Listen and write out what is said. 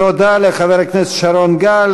תודה לחבר הכנסת שרון גל.